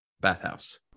Bathhouse